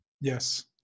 yes